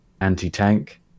anti-tank